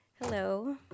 Hello